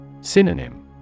Synonym